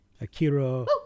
Akira